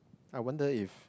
I wonder if